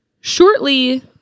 shortly